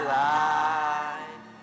life